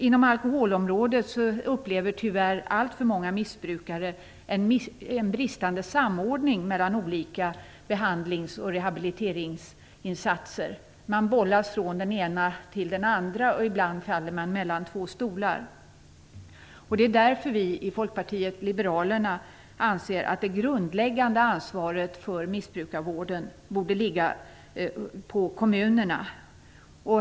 Inom alkoholområdet upplever, tyvärr, alltför många missbrukare en bristande samordning mellan olika behandlings och rehabiliteringsinsatser. Man bollas från den ena till den andra, och ibland faller man mellan två stolar. Det är därför som vi i Folkpartiet liberalerna anser att det grundläggande ansvaret för missbrukarvården borde ligga på kommunerna.